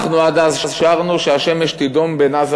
אנחנו עד אז שרנו ש"השמש תידום בין עזה